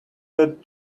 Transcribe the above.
that